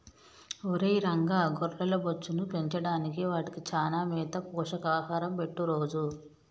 ఒరై రంగ గొర్రెల బొచ్చును పెంచడానికి వాటికి చానా మేత పోషక ఆహారం పెట్టు రోజూ